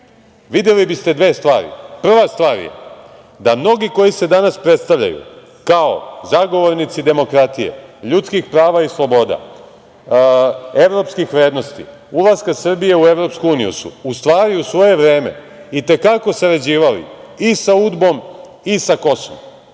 videli biste dve stvari. Prva stvar je da mnogi koji se danas predstavljaju kao zagovornici demokratije, ljudskih prava i sloboda, evropskih vrednosti, ulaska Srbije u EU su u stvari u svoje vreme i te kako sarađivali i sa UDBA-om i sa